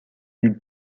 nulle